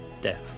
Death